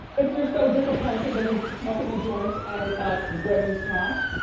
if you're so disappointed that he's smoking a joint and ah grabbing his crotch.